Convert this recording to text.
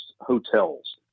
hotels